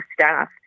staff